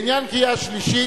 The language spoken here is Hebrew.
לעניין קריאה שלישית,